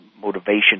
motivation